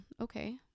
okay